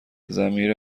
ضمیر